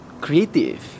creative